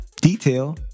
detail